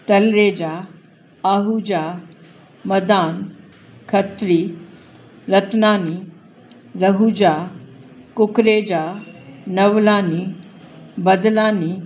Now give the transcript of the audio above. Talreja Ahuja Madan Khatri Ratnani Rahuja Kukreja Nawlani Badlani